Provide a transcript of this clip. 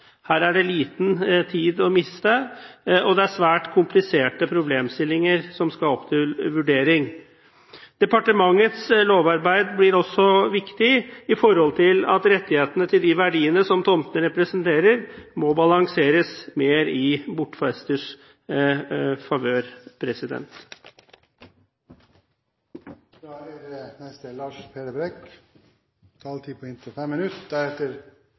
her er det liten tid å miste, og det er svært kompliserte problemstillinger som skal opp til vurdering. Departementets lovarbeid blir også viktig, med tanke på at rettighetene til de verdiene som tomtene representerer, må balanseres mer i bortfesters favør.